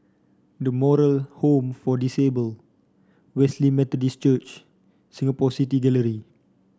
The Moral Home for Disabled Wesley Methodist Church Singapore City Gallery